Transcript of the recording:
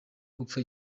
gupfa